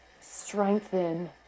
strengthen